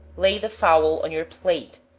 lay the fowl on your plate,